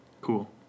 Cool